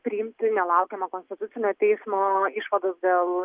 priimti nelaukiama konstitucinio teismo išvados dėl